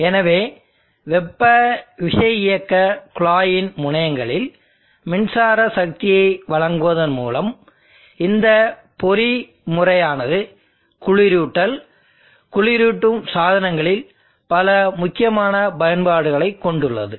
எனவே வெப்ப விசையியக்கக் குழாயின் முனையங்களில் மின்சார சக்தியை வழங்குவதன் மூலம் இந்த பொறிமுறையானது குளிரூட்டல் குளிரூட்டும் சாதனங்களில் பல முக்கியமான பயன்பாடுகளைக் கொண்டுள்ளது